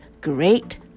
great